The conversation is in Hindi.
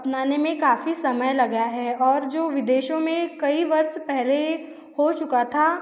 अपनाने में काफ़ी समय लगा है और जो विदेशों में कई वर्ष पहले हो चुका था